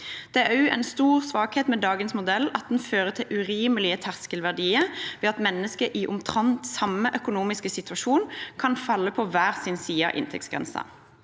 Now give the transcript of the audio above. ordningen. En stor svakhet med dagens modell er at den fører til urimelige terskelverdier, ved at mennesker i omtrent samme økonomiske situasjon kan falle på hver sin side av inntektsgrensen.